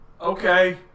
okay